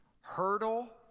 Hurdle